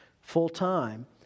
full-time